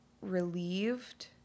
relieved